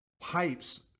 pipes